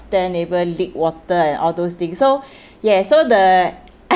~stair neighbour leak water and all those thing so yes so the